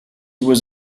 was